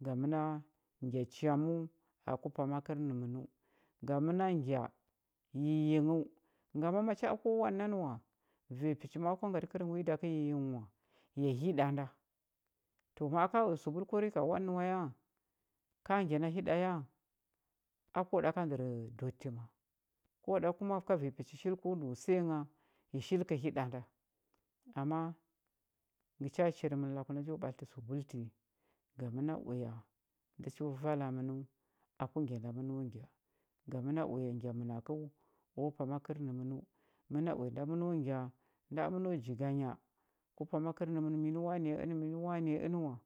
ga məna ngya chaməu aku pama kərnəmənəu ga məna ngya yiyinghəu ngama macha a ko waɗə nanə wa vanya pəchi ma a ko ngatə kərnghə wi a da kə yiyinghə wa ya hiɗa nda to ma aka uya sabul ko rika waɗə nə wa ya ka ngya na hiɗa ya a ko ɗa ka ndər dotti ma ko ɗa kuma ka vanya pəchi shilkə o au səya ngha ya shilkə hiɗa nda ama ngə cha char mə laku nda məno ɓatlətə sabul ti ga cha vala mənəu aku gya nda məno ngya ga məna uya ngya mənakəu o pama kərnəmənəu məna uya nda məno ngya nda məno jiganya ku pama kərnəmən ənda minə wani ənə minə wani ənə wa,